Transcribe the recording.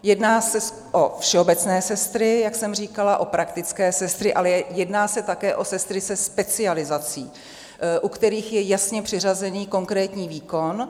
Jedná se o všeobecné sestry, jak jsem říkala, o praktické sestry, ale jedná se také o sestry se specializací, u kterých je jasně přiřazený konkrétní výkon.